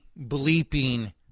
bleeping